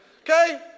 Okay